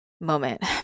moment